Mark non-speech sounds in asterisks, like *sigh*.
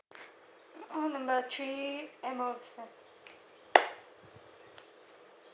call number three M_S_F *noise*